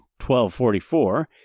1244